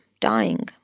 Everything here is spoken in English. dying